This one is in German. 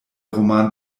roman